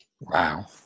Wow